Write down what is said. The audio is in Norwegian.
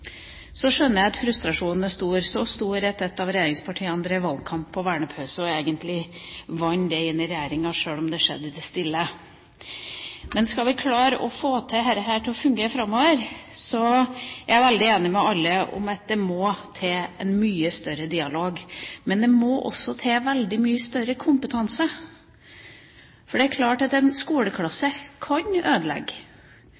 Så skjønner jeg at frustrasjonen er stor, så stor at ett av regjeringspartiene drev valgkamp på vernepause og egentlig vant i regjeringa, sjøl om det skjedde i det stille. Skal vi klare å få dette til å fungere framover, er jeg veldig enig med alle om at det må til en mye større dialog, men det må også til veldig mye større kompetanse. Det er klart at en